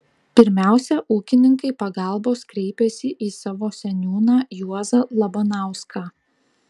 pirmiausia ūkininkai pagalbos kreipėsi į savo seniūną juozą labanauską